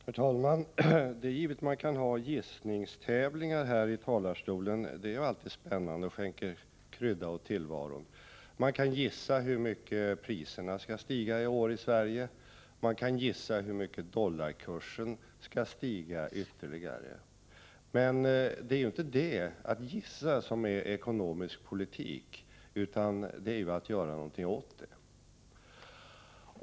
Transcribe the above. Herr talman! Det är givet att man kan ha gissningstävlingar här i talarstolen — det är ju alltid spännande och skänker krydda åt tillvaron. Man kan gissa hur mycket priserna skall stiga i år i Sverige, man kan gissa hur mycket dollarkursen skall stiga ytterligare. Men det är ju inte detta att gissa som är ekonomisk politik, utan det är fråga om att göra något åt det hela.